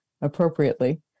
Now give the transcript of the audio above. appropriately